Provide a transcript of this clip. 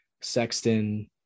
Sexton